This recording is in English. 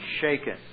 shaken